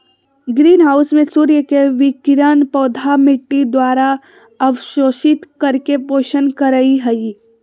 green house में सूर्य के विकिरण पौधा मिट्टी द्वारा अवशोषित करके पोषण करई हई